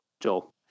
Joel